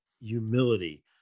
humility